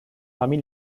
parmi